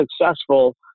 successful